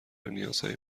نیازهای